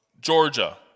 Georgia